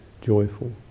joyful